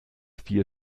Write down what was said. vier